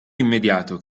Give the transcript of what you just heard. immediato